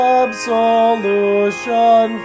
absolution